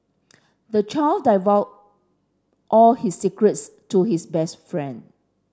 the child divulged all his secrets to his best friend